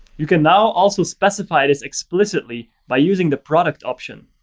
you can now also specify this explicitly by using the product option.